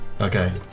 Okay